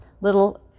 little